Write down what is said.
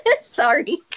Sorry